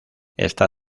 está